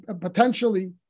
potentially